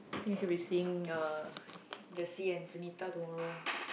think I should be seeing uh Jessie and Sunita tomorrow